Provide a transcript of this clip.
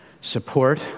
support